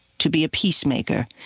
to be a peacemaker,